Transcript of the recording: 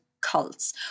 cults